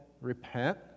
repent